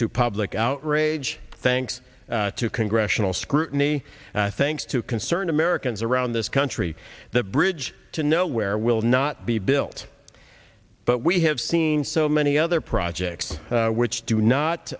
to public outrage thanks to congressional scrutiny thanks to concerned americans around this country the bridge to nowhere will not be built but we have seen so many other projects which do not